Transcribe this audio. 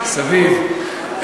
סביב,